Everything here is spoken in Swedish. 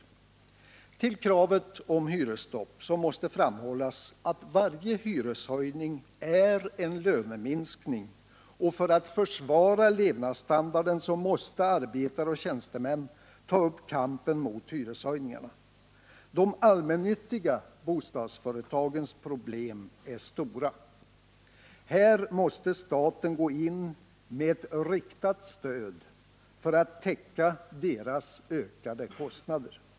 När det gäller kravet på hyresstopp måste framhållas att varje hyreshöjning är en löneminskning, och för att försvara levnadsstandarden måste arbetare och tjänstemän ta upp kampen mot hyreshöjningarna. De allmännyttiga bostadsföretagens problem är stora. Här måste staten gå in med ett riktat stöd för att täcka dessa bostadsföretags ökade kostnader.